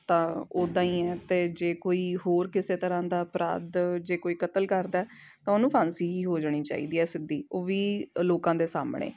ਤਾਂ ਉੱਦਾਂ ਹੀ ਹੈ ਤੇ ਜੇ ਕੋਈ ਹੋਰ ਕਿਸੇ ਤਰ੍ਹਾਂ ਦਾ ਅਪਰਾਧ ਜੇ ਕੋਈ ਕਤਲ ਕਰਦਾ ਤਾਂ ਉਹਨੂੰ ਫਾਂਸੀ ਹੀ ਹੋ ਜਾਣੀ ਚਾਹੀਦੀ ਹੈ ਸਿੱਧੀ ਉਹ ਵੀ ਲੋਕਾਂ ਦੇ ਸਾਹਮਣੇ